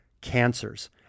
cancers